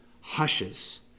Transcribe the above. hushes